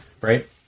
right